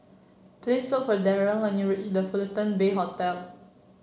please look for Darnell when you reach The Fullerton Bay Hotel